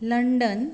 London